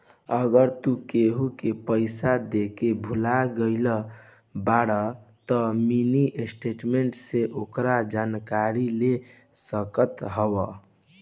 अगर तू केहू के पईसा देके भूला गईल बाड़ऽ तअ मिनी स्टेटमेंट से ओकर जानकारी ले सकत हवअ